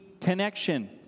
connection